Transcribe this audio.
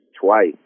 twice